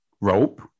rope